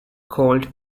called